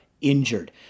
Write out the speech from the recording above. injured